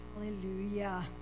Hallelujah